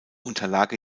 unterlag